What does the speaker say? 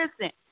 listen